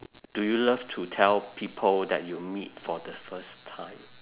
do you love to tell people that you meet for the first time